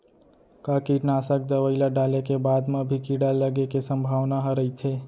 का कीटनाशक दवई ल डाले के बाद म भी कीड़ा लगे के संभावना ह रइथे?